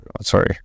Sorry